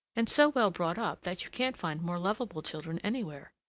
and so well brought up that you can't find more lovable children anywhere.